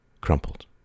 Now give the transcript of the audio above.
crumpled